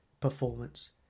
performance